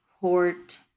court